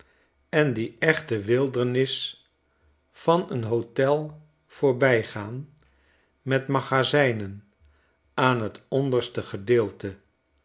en die echte wildernis van n hotel voorbijgaan met magazijnen aan t onderste gedeelte